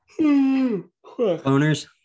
Cloners